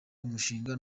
umushinga